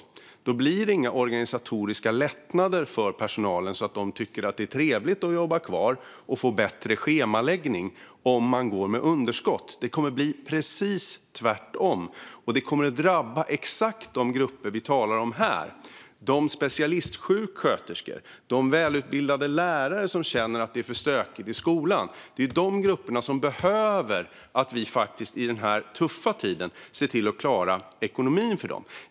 Om man går med underskott blir det inga organisatoriska lättnader för personalen, så att de tycker att det är trevligt att jobba kvar och få bättre schemaläggning. Det kommer att bli precis tvärtom. Och det kommer att drabba exakt de grupper som vi talar om här, alltså specialistsjuksköterskor och de välutbildade lärare som känner att det är för stökigt i skolan. Det är dessa grupper som har behov av att vi under denna tuffa tid ser till att klara ekonomin för dem.